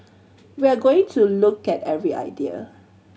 we are going to look at every idea